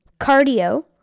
cardio